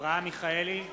אברהם מיכאלי,